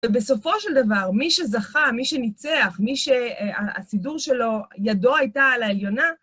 ובסופו של דבר, מי שזכה, מי שניצח, מי שהסידור שלו, ידו הייתה על העליונה,